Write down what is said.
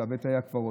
בתי הקברות,